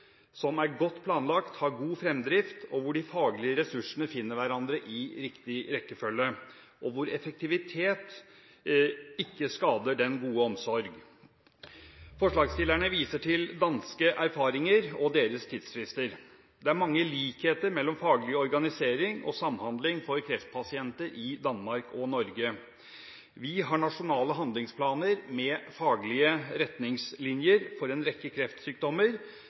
som er godt planlagt, som har god fremdrift, og der de faglige ressursene finner hverandre i riktig rekkefølge – og der effektivitet ikke skader den gode omsorg. Forslagsstillerne viser til erfaringer fra Danmark og tidsfrister der. Det er mange likheter mellom faglig organisering og samhandling for kreftpasienter i Danmark og i Norge. Vi har nasjonale handlingsplaner med faglige retningslinjer for en rekke kreftsykdommer.